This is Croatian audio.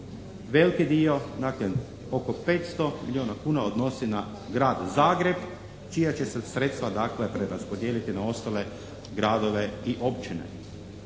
veliki dio, dakle oko 500 milijona kuna odnosi na Grad Zagreb čija će se sredstva dakle preraspodijeliti na ostale gradove i općine.